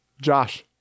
Josh